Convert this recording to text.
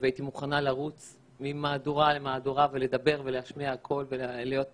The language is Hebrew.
הייתי מוכנה לרוץ ממהדורה למהדורה ולדבר ולהשמיע קול ולהיות